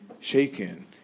shaken